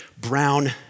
brown